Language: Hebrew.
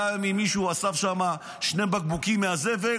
גם אם מישהו אסף שם שני בקבוקים מהזבל,